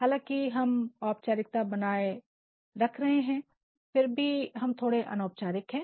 हालांकि हम औपचारिकता बनाए रख रहे हैं फिर भी हम थोड़े अनौपचारिक हैं